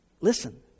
Listen